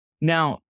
now